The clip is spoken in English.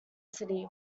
city